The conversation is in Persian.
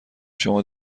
شما